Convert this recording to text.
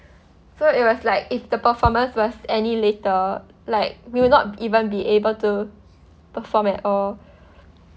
so it was like if the performance was any later like we'll not even be able to perform at all